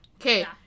Okay